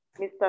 Mr